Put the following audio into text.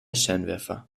scheinwerfer